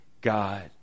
God